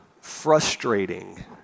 frustrating